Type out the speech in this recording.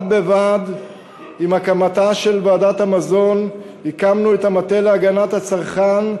בד בבד עם הקמתה של ועדת המזון הקמנו את המטה להגנת הצרכן,